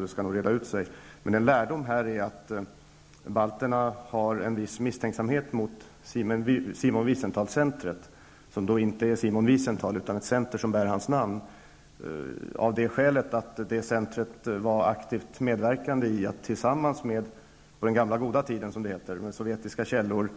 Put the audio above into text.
Det kommer att reda ut sig. Balterna har en viss misstänksamhet mot Simon Wiesentahls center. Det gäller inte Simon Wiesentahl utan centret som bär hans namn. Centret medverkade aktivt på den gamla goda tiden, som det heter, med sovjetiska källor